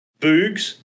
Boogs